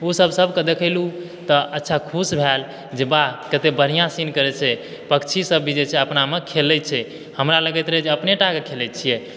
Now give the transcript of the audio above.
ऊ सब सबके देखेलूँ तऽ अच्छा खुश भेल जे वाह कते बढ़िया सीनके जे छै पक्षी सब भी जे छै अपनामे खेलै छै हमरा लगैत रहै जे अपने टाके खेलै छियै